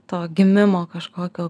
to gimimo kažkokio